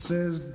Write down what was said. Says